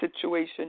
situation